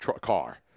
car